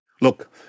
Look